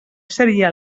seria